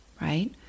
right